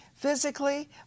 physically